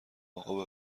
اقا